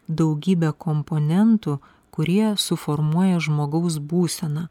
daugybe komponentų kurie suformuoja žmogaus būseną